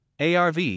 ARV